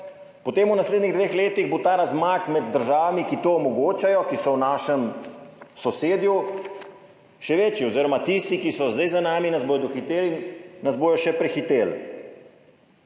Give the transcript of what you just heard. potem bo v naslednjih dveh letih ta razmak med državami, ki to omogočajo, ki so v našem sosedju, še večji oziroma tisti, ki so zdaj za nami, nas bodo dohiteli, nas bodo še prehiteli.